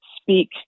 speak